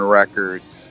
records